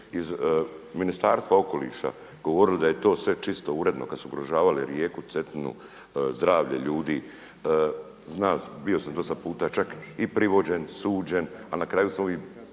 iz Ministarstva okoliša govorili da je to sve čisto, uredno, kada su ugrožavali rijeku Cetinu, zdravlje ljudi, znao sam, bio sam dosta puta čak i privođen, suđen a na kraju sam uvijek